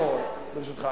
משפט אחרון, ברשותך.